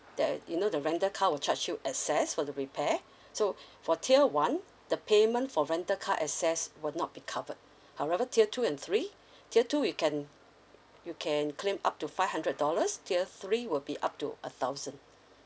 that you know the rental car will charge you access for the repair so for tier one the payment for rental car access will not be covered however tier two and three tier two we can you can claim up to five hundred dollars tier three will be up to a thousand